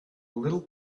little